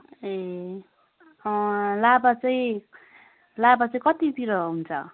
ए लाभा चाहिँ लाभा चाहिँ कतितिर हुन्छ